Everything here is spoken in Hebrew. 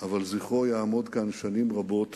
אבל זכרו יעמוד כאן שנים רבות